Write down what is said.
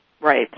Right